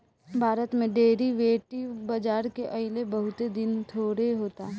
भारत में डेरीवेटिव बाजार के अइले बहुत दिन थोड़े होता